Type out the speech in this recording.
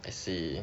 I see